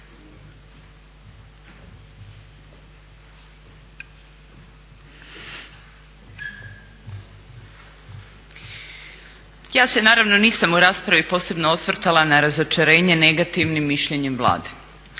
Ja se naravno nisam u raspravi posebno osvrtala na razočaranje negativnim mišljenjem Vlade.